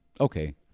Okay